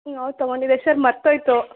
ಹ್ಞೂ ಹೌದ್ ತಗೊಂಡಿದೆ ಸರ್ ಮರ್ತು ಹೋಯ್ತು